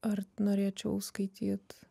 ar norėčiau skaityt